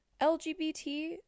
lgbt